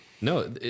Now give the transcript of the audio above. No